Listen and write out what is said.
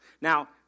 Now